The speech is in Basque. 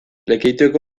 lekeitioko